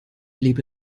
lebe